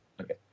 Okay